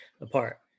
apart